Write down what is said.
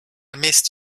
missed